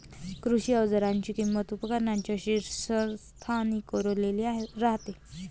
कृषी अवजारांची किंमत उपकरणांच्या शीर्षस्थानी कोरलेली राहते